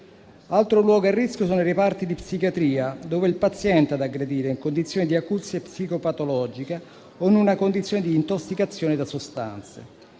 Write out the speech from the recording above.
Altro luogo a rischio sono i reparti di psichiatria, dove è il paziente ad aggredire in condizioni di acuzie psicopatologica o in una condizione di intossicazione da sostanze.